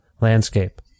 landscape